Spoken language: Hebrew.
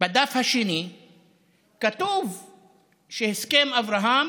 בדף השני כתוב שהסכם אברהם